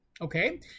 Okay